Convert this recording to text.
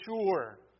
sure